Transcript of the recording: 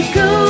go